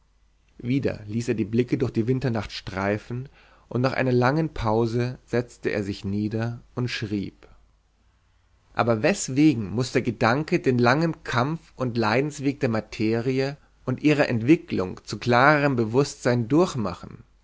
wieder ließ er die blicke durch die winternacht schweifen und nach einer langen pause setzte er sich nieder und schrieb aber weswegen muß der gedanke den langen kampf und leidensweg der materie und ihrer entwicklung zu klarerem bewußtsein durchmachen